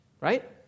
right